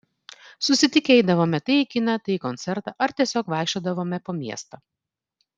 susitikę eidavome tai į kiną tai į koncertą ar tiesiog vaikščiodavome po miestą